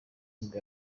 nibwo